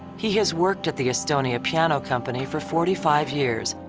he has worked at the estonia piano company for forty five years.